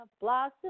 Blossom